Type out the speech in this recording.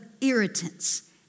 irritants